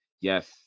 Yes